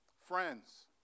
Friends